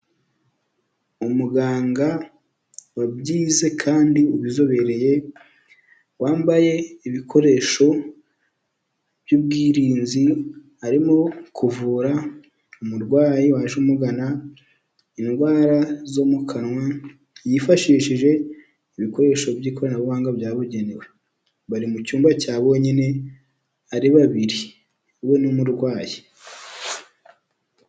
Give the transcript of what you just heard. Umuganga wabyize kandi ubizobereye, wambaye ibikoresho by'ubwirinzi, arimo kuvura umurwayi waje amugana, indwara zo mu kanwa, yifashishije ibikoresho by'ikoranabuhanga byabugenewe. Bari mu cyumba cya bonyine ari babiri. We n'umurwayi.